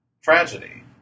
tragedy